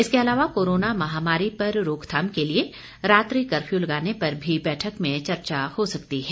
इसके अलावा कोरोना महामारी पर रोकथाम के लिए रात्रि कर्फयू लगाने पर भी बैठक में चर्चा हो सकती है